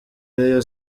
reyo